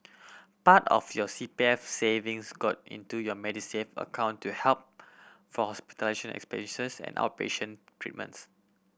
part of your C P F savings got into your Medisave account to help for hospitalization expenses and outpatient treatments